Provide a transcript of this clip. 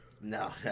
No